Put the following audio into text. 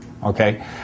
Okay